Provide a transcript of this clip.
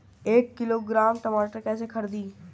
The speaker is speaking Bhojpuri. एक किलोग्राम टमाटर कैसे खरदी?